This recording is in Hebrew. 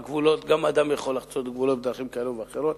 אדם יכול לחצות גבולות בדרכים כאלה ואחרות.